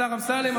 השר אמסלם,